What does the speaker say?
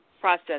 process